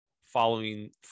following